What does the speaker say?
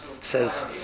says